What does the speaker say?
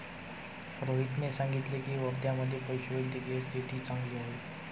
रोहितने सांगितले की, वर्ध्यामधे पशुवैद्यकीय स्थिती चांगली आहे